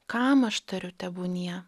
kam aš tariu tebūnie